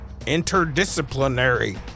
interdisciplinary